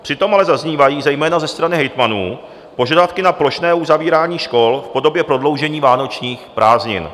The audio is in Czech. Přitom ale zaznívají zejména ze strany hejtmanů požadavky na plošné uzavírání škol v podobě prodloužení vánočních prázdnin.